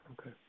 Okay